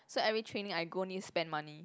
so every training I go need spend money